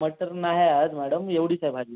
मटार नाही आज मॅडम एवढीच आहे भाजी